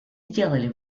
сделали